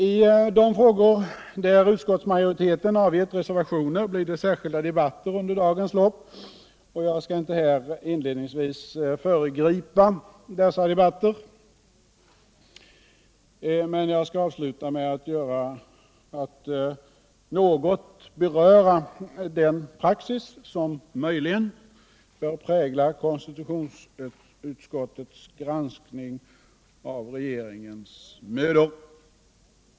I de frågor där utskottsminoriteten avgett reservationer blir det särskilda debatter under dagens lopp, och jag skall inte här föregripa dessa debatter. Men jag skall avsluta med att något beröra den praxis som möjligen bör prägla konstitutionsutskottets granskning av regeringens mödor.